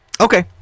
Okay